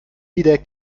wieder